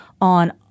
on